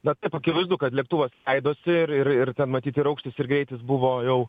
bet taip akivaizdu kad lėktuvas leidosi ir ir ir ten matyt ir aukštis ir greitis buvo jau